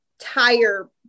tire